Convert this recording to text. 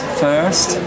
first